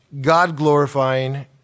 God-glorifying